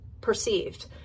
perceived